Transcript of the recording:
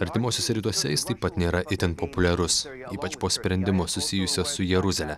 artimuosiuose rytuose jis taip pat nėra itin populiarus ypač po sprendimo susijusio su jeruzale